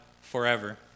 forever